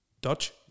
Dutch